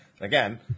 Again